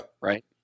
right